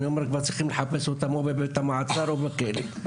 אני אומר שצריכים לחפש אותן בבית המעצר או בכלא.